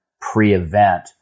pre-event